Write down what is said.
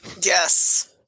yes